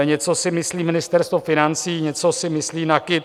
Něco si myslí Ministerstvo financí, něco si myslí NAKIT.